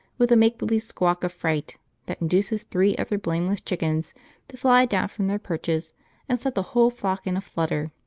with a make-believe squawk of fright that induces three other blameless chickens to fly down from their perches and set the whole flock in a flutter.